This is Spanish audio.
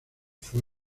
fue